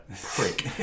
prick